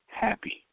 happy